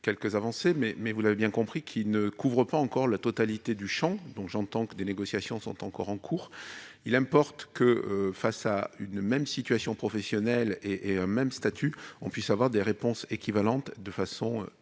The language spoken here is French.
quelques avancées, vous avez bien compris qu'ils ne couvrent pas encore la totalité du champ. J'entends que des négociations sont en cours. Il importe que, face à une même situation professionnelle et un même statut, on puisse obtenir des réponses équivalentes de façon urgente.